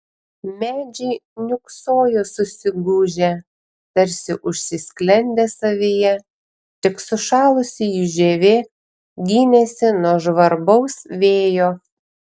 medžiai niūksojo susigūžę tarsi užsisklendę savyje tik sušalusi jų žievė gynėsi nuo žvarbaus vėjo